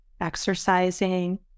exercising